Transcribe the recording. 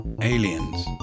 aliens